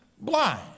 blind